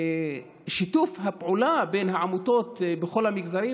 גם שיתוף הפעולה בין העמותות בכל המגזרים